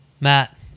Matt